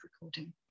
recording